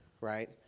right